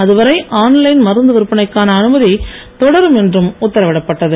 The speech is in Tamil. அதுவரை ஆள்லைன் மருந்து விற்பனைக்கான அனுமதி தொடரும் என்றும் உத்தரவிடப்பட்டது